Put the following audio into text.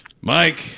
Mike